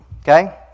okay